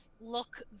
look